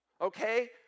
okay